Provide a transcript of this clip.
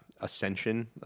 ascension